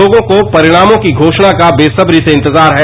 लोगों को परिणामों की घोशणा का बेसब्री से इंतजार है